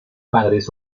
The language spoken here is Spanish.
padres